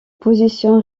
positions